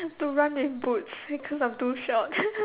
to run with boots because I'm too short